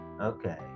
Okay